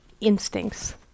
instincts